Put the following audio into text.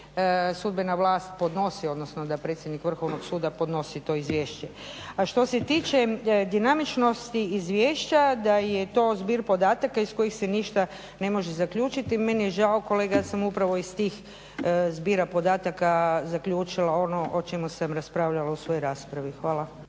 sudbena vlast podnosi odnosno da predsjednik Vrhovnog suda podnosi to izvješće. A što se tiče dinamičnosti izvješća da je to zbir podataka iz kojih se ništa ne može zaključiti. Meni je žao kolega, ja sam upravo iz tih zbira podataka zaključila ono o čemu sam raspravljala u svojoj raspravi. Hvala.